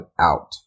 out